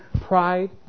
pride